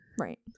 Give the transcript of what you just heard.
Right